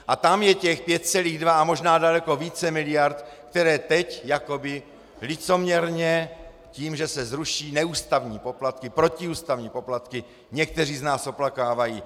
A tam je těch 5,2 a možná daleko více miliard, které teď jakoby licoměrně tím, že se zruší neústavní poplatky, protiústavní poplatky, někteří z nás oplakávají.